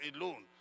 alone